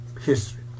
history